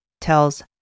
tells